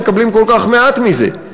מקבלים כל כך מעט מזה?